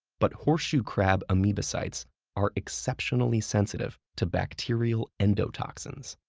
but horseshoe crab amebocytes are exceptionally sensitive to bacterial endotoxins.